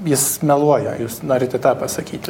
jis meluoja jūs norite tą pasakyti